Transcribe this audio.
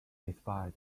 despite